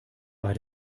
bei